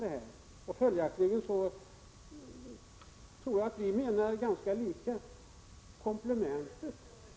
Jag tror följaktligen att Leif Marklund och jag har samma uppfattning.